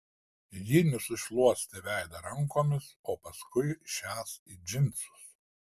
ji nusišluostė veidą rankomis o paskui šias į džinsus